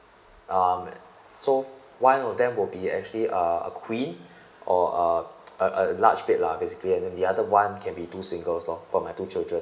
ah so one of them will be actually uh a queen or uh a a large bed lah basically and then the other one can be two singles lor for my two children